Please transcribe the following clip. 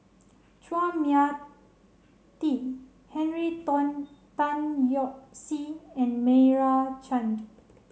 Chua Mia Tee Henry Tan Tan Yoke See and Meira Chand